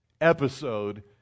episode